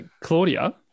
Claudia